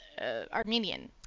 Armenian